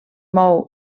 mou